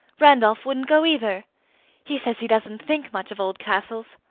randolph wouldn't go either he says he doesn't think much of old castles.